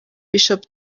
bishop